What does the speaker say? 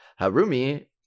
Harumi